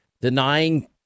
denying